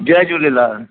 Jay Jhulelal